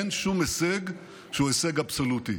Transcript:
אין שום הישג שהוא הישג אבסולוטי,